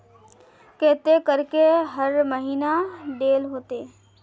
केते करके हर महीना देल होते?